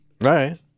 Right